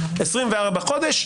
24 חודשים,